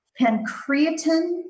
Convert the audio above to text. Pancreatin